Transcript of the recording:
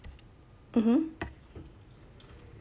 mmhmm